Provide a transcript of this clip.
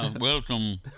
Welcome